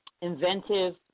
inventive